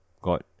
got